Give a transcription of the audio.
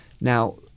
Now